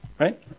right